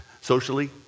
socially